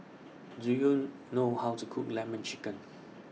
Do YOU know How to Cook Lemon Chicken